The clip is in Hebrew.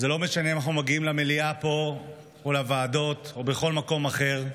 לא משנה אם אנחנו מגיעים למליאה פה או לוועדות או בכל מקום אחר,